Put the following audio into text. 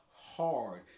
hard